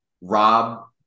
Rob